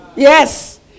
Yes